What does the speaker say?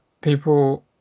people